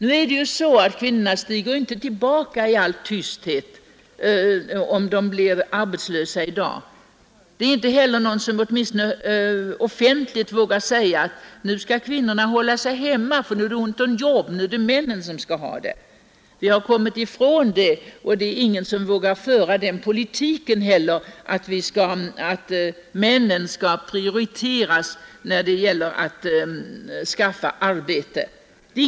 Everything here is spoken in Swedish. I dag stiger inte kvinnorna tillbaka i all tysthet om de blir arbetslösa. Det är inte heller någon som — åtminstone offentligt — vågar säga att nu skall kvinnorna hålla sig hemma, för det är ont om jobb och att männen skall komma i förtur! Vi har kommit från den inställningen. Ingen vågar företräda den politiken att männen skall prioriteras när det gäller arbete.